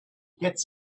gets